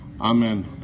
Amen